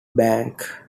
bank